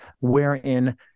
wherein